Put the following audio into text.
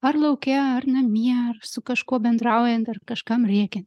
ar lauke ar namie ar su kažkuo bendraujant ar kažkam rėkia